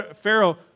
Pharaoh